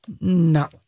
No